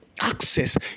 Access